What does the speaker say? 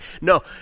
No